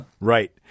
Right